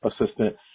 assistant